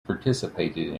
participated